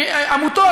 עמותות,